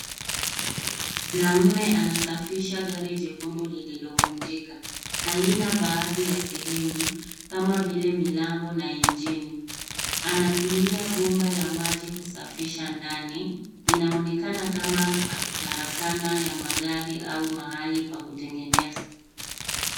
Mwanamme anasafisha gari jekundu lililo vunjika. Hali na baadhi ya sehemu kama vile milango na injini. Anatumia bumba la maji kusafisha ndani. Inaonekana kama karakana ya magari au mahali pa kutengeneza.